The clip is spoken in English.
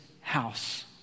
house